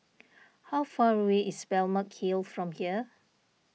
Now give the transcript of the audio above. how far away is Balmeg Hill from here